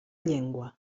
llengua